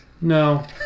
No